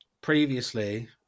previously